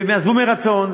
והם יעזבו מרצון,